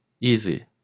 easy